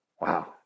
Wow